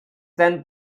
then